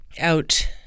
out